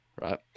right